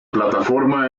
plataforma